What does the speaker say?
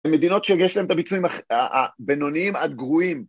למדינות שיש להן את הביצועים הבינוניים עד גרועים